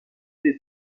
des